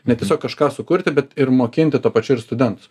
ne tiesiog kažką sukurti bet ir mokinti tuo pačiu ir studentus